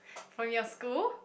from your school